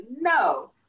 No